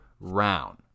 round